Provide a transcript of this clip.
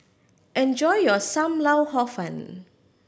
enjoy your Sam Lau Hor Fun